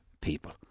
people